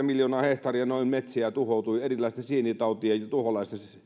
miljoonaa hehtaaria metsää tuhoutui erilaisten sienitautien ja tuholaisten